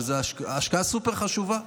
שזו השקעה סופר-חשובה.